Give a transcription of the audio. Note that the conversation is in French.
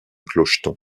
clocheton